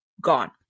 gone